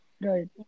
right